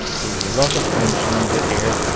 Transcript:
there was a lot of tension in the air